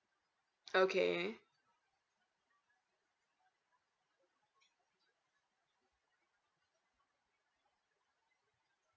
okay